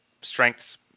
strengths